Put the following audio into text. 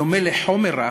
בדומה לחומר רך,